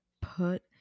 put